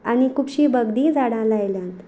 आनी खुबशीं वखदींय झाडां लायल्यात